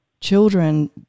children